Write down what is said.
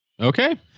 Okay